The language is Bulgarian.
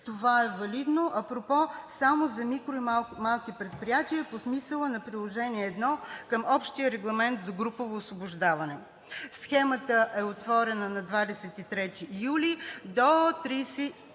Това е валидно, апропо, само за микро- и малки предприятия по смисъла на Приложение № 1 към Общия регламент за групово освобождаване. Схемата е отворена на 23 юли до 30